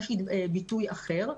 יש ביטוי אחר.